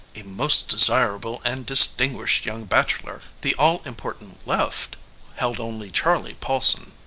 a most desirable and distinguished young bachelor, the all-important left held only charley paulson.